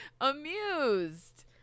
amused